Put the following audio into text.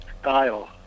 style